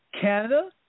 Canada